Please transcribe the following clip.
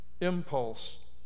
impulse